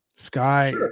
Sky